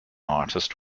artist